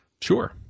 Sure